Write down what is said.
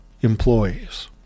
employees